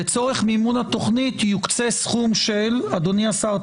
לצורך מימון התוכנית יוקצה סכום של אדוני השר,